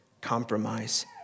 compromise